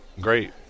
great